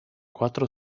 quattro